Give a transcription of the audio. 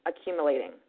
accumulating